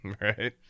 Right